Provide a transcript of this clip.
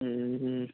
ए